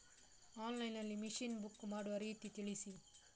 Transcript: Online ನಲ್ಲಿ machine book ಮಾಡುವ ರೀತಿ ತಿಳಿಸಿ?